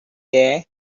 there